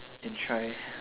can try